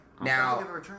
Now